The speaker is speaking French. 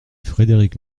frédéric